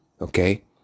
Okay